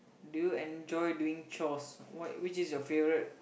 do you enjoy doing chores what which is your favorite